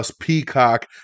Peacock